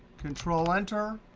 control enter.